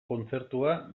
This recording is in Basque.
kontzertua